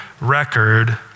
record